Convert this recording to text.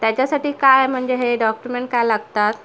त्याच्यासाठी काय म्हणजे हे डॉक्युमेंट काय लागतात